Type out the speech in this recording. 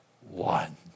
one